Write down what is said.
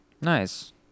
Nice